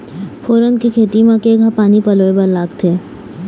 फोरन के खेती म केघा पानी पलोए बर लागथे?